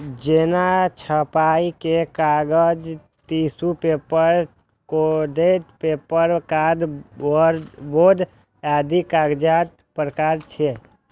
जेना छपाइ के कागज, tissue paper, coated paper, card board आदि कागजक प्रकार छियै